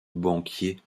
banquier